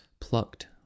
plucked